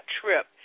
trip